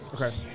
Okay